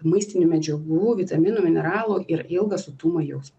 maistinių medžiagų vitaminų mineralų ir ilgą sotumą jausmą